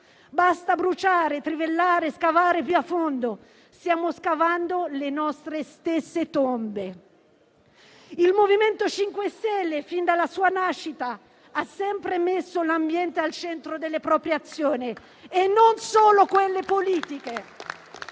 Basta bruciare, trivellare, scavare più a fondo. Stiamo scavando le nostre stesse tombe». Il MoVimento 5 Stelle, fin dalla sua nascita, ha sempre messo l'ambiente al centro delle proprie azioni, non solo quelle politiche.